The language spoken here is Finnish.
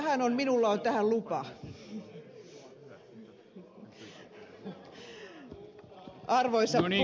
minulla on tähän lupa